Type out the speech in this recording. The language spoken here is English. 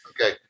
Okay